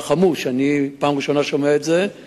אני שומע את זה בפעם בראשונה.